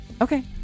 okay